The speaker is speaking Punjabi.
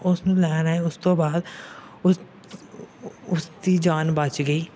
ਉਸ ਨੂੰ ਲੈਣ ਆਏ ਅਤੇ ਉਸ ਤੋਂ ਬਾਅਦ ਉਸ ਉਸ ਦੀ ਜਾਨ ਬਚ ਗਈ